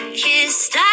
kissed